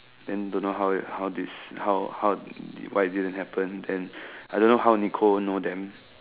then don't know how it how did she how did why it didn't happen then I don't know how Nicole know them